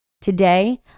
Today